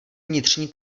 vnitřní